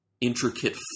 intricate